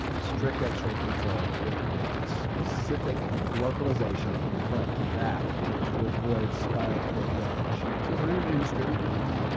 strict x-ray control with specific localisation from front to back to avoid spinal cord damage. so is there anybody in australia doing this?